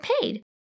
paid